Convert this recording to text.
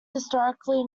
historically